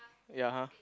ya !huh!